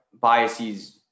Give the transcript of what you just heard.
biases